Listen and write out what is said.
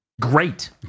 Great